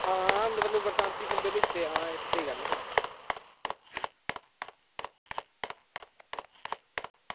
हां मतलब बरसांती खम्बे लिस्दे एह् ते स्हेई गल्ल ऐ थुआढ़ी